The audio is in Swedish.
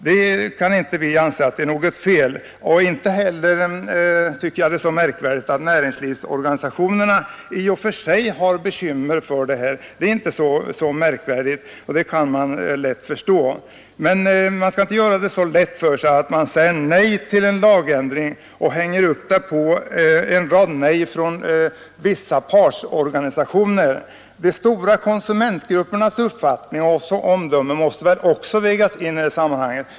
Det är inte heller så märkvärdigt att näringsorganisationerna har bekymmer för detta. Men man skall inte göra det så lätt för sig, att man säger nej till en lagändring och hänger upp det på en rad nej från vissa partsorganisationer. De stora konsumentgruppernas uppfattning och omdöme måste också vägas in i sammanhanget.